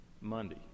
Monday